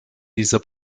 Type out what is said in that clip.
dieser